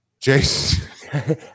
jason